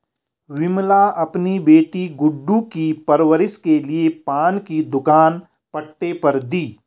विमला अपनी बेटी गुड्डू की परवरिश के लिए पान की दुकान पट्टे पर दी